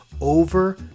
over